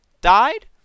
died